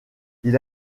ils